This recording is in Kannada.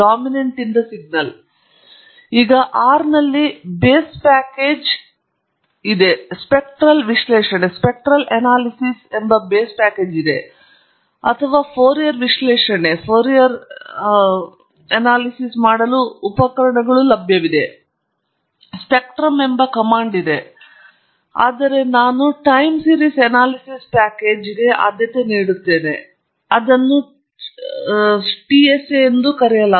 ಸ್ಲೈಡ್ ಟೈಮ್ ಅನ್ನು ಗಮನಿಸಿ 1429 ಈಗ ಆರ್ನಲ್ಲಿ ಬೇಸ್ ಪ್ಯಾಕೇಜ್ ಸ್ಪೆಕ್ಟ್ರಲ್ ವಿಶ್ಲೇಷಣೆ ಅಥವಾ ಫೋರಿಯರ್ ವಿಶ್ಲೇಷಣೆ ಮಾಡಲು ಉಪಕರಣಗಳೊಂದಿಗೆ ಬರುತ್ತದೆ ಸ್ಪೆಕ್ಟ್ರಮ್ ಎಂಬ ಆಜ್ಞೆಯು ಇದೆ ಆದರೆ ನಾನು ಟೈಮ್ ಸೀರೀಸ್ ಅನಾಲಿಸಿಸ್ ಪ್ಯಾಕೇಜ್ಗೆ ಆದ್ಯತೆ ನೀಡುತ್ತೇನೆ ಮತ್ತು ಅದನ್ನು ಟಿಎಸ್ಎ ಎಂದು ಕರೆಯಲಾಗುತ್ತದೆ